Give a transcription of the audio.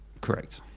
Correct